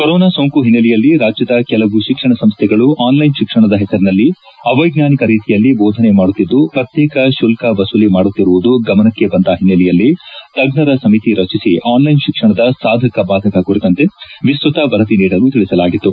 corona ಸೋಂಕು ಹಿನ್ನಲೆಯಲ್ಲಿ ರಾಜ್ಯದ ಕೆಲವು ಶಿಕ್ಷಣ ಸಂಸ್ಥೆಗಳು ಆನ್ಲೈನ್ ಶಿಕ್ಷಣದ ಹೆಸರಿನಲ್ಲಿ ಅವ್ವೆಜ್ಞಾನಿಕ ರೀತಿಯಲ್ಲಿ ಬೋಧನೆ ಮಾಡುತ್ತಿದ್ದು ಪ್ರತ್ಯೇಕ ಶುಲ್ಕ ವಸೂಲಿ ಮಾಡುತ್ತಿರುವುದು ಗಮನಕ್ಕೆ ಬಂದ ಹಿನ್ನಲೆಯಲ್ಲಿ ತಜ್ನರ ಸಮಿತಿ ರಚಿಸಿ ಆನ್ವೈನ್ ಶಿಕ್ಷಣದ ಸಾಧಕ ಬಾಧಕ ಕುರಿತಂತೆ ವಿಸ್ನತ ವರದಿ ನೀಡಲು ತಿಳಿಸಲಾಗಿತ್ತು